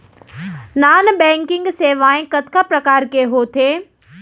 non banking सेवाएं कतका प्रकार के होथे